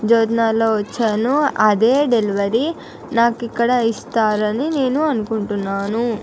జ్యోతి నగర్లో వచ్చాను అదే డెలివరీ నాకు ఇక్కడ ఇస్తారని నేను అనుకుంటున్నాను